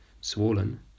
swollen